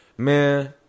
Man